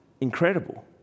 incredible